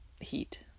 heat